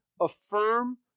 affirm